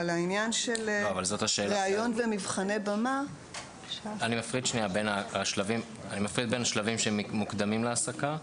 אבל ריאיון ומבחני במה -- אני מפריד בין השלבים שמוקדמים להעסקה,